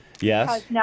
Yes